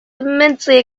immensely